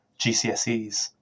GCSEs